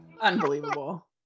Unbelievable